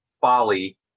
folly